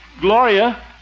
Gloria